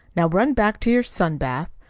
now run back to your sun bath.